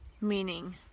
Meaning